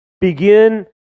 Begin